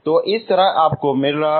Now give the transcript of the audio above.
तो इस तरह आपको मिल रहा है